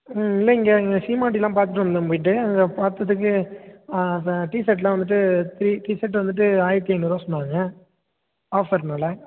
ம் இல்லைங்க இங்கே சீமாட்டிலாம் பார்த்துட்டு வந்தோம் போயிட்டு அங்கே பார்த்ததுக்கு ஆ அந்த டீ ஷர்ட்டெலாம் வந்துட்டு த்ரீ டீ ஷர்ட் வந்துட்டு ஆயிரத்தி ஐந்நூறுரூவா சொன்னாங்க ஆஃபர்னால்